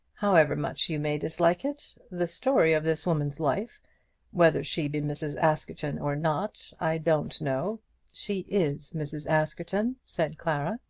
however much you may dislike it. the story of this woman's life whether she be mrs. askerton or not, i don't know she is mrs. askerton, said clara.